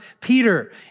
Peter